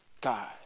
God